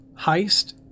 heist